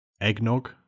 Eggnog